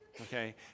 Okay